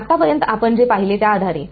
आतापर्यंत आपण जे पाहिले त्या आधारे